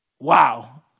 Wow